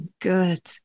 good